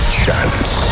chance